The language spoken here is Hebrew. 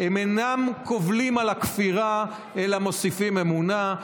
הם אינם קובלים על הכפירה אלא מוסיפים אמונה.